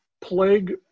plague